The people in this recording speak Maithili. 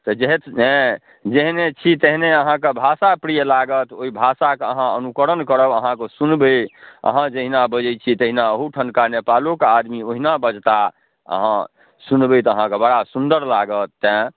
तऽ जेहन जेहने छी तेहने अहाँके भाषा प्रिय लागत ओहि भाषाके अहाँ अनुकरण करब अहाँ सुनबै अहाँ जहिना बजै छिए तहिना अहूठामके नेपालोके आदमी ओहिना बजताह अहाँ सुनबै तऽ अहाँके बड़ा सुन्दर लागत तेँ